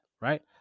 Right